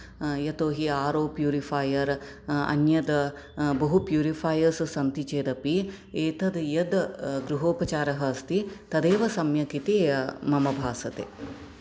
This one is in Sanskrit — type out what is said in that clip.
यतोहि आर् ओ प्यूरिफायर् अन्यत् बहु प्युरिफायर्स् सन्ति चेदपि एतद् यत् गृहोपचारः अस्ति तदेव सम्यक् इति मम भासते